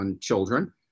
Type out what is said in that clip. children